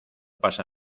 pasa